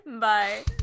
Bye